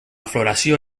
floració